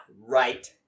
Right